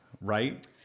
Right